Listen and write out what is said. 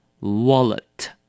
wallet